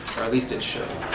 or at least, it should.